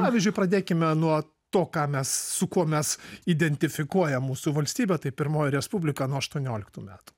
pavyzdžiui pradėkime nuo to ką mes su kuo mes identifikuojam mūsų valstybę tai pirmoji respublika nuo aštuonioliktų metų